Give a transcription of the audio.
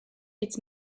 its